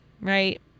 right